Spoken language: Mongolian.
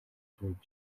түүнд